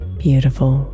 beautiful